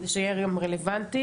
כדי שיהיה גם רלוונטי.